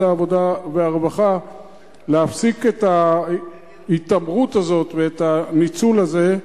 העבודה והרווחה להפסיק את ההתעמרות הזאת ואת הניצול הזה.